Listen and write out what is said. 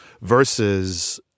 versus